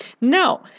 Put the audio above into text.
No